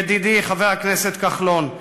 ידידי חבר הכנסת כחלון,